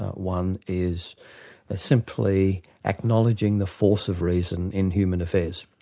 one is simply acknowledging the force of reason in human affairs.